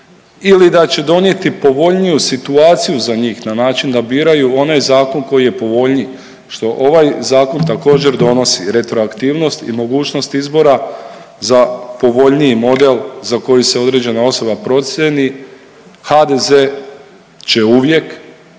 ili da će donijeti povoljniju situaciju za njih na način da biraju onaj zakon koji je povoljniji što ovaj zakon također donosi retroaktivnost i mogućnost izbora za povoljniji model za koji se određena osoba procijeni HDZ će uvijek